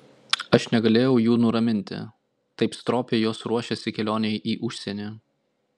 aš negalėjau jų nuraminti taip stropiai jos ruošėsi kelionei į užsienį